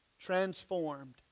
transformed